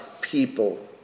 people